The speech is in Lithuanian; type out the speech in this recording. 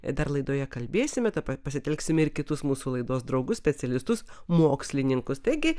ir dar laidoje kalbėsime pasitelksime ir kitus mūsų laidos draugus specialistus mokslininkus taigi